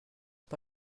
pas